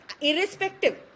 Irrespective